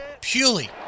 purely